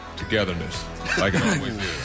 Togetherness